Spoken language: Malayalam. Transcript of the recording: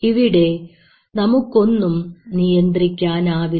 ഇവിടെ നമുക്കൊന്നും നിയന്ത്രിക്കാനാവില്ല